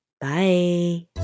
Bye